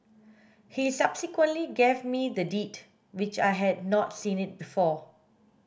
he subsequently gave me the Deed which I had not seen it before